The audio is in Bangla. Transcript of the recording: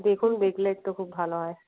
দেখুন দেখলে একটু খুব ভালো হয়